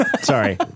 Sorry